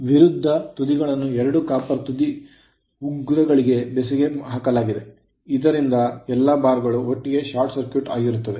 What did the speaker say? ವಿರುದ್ಧ ತುದಿಗಳನ್ನು ಎರಡು copper ತುದಿ ಉಂಗುರಗಳಿಗೆ ಬೆಸುಗೆ ಹಾಕಲಾಗಿದೆ ಇದರಿಂದ ಎಲ್ಲಾ ಬಾರ್ ಗಳು ಒಟ್ಟಿಗೆ ಶಾರ್ಟ್ ಸರ್ಕ್ಯೂಟ್ ಆಗಿರುತ್ತವೆ